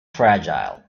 fragile